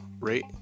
rate